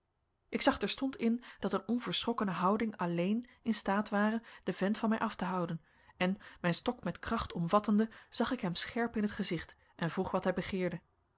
ik zag terstond in dat een onverschrokkene houding alleen in staat ware den vent van mij af te houden en mijn stok met kracht omvattende zag ik hem scherp in t gezicht en vroeg wat hij begeerde